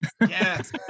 Yes